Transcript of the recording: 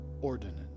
ordinance